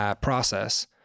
process